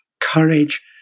courage